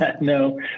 No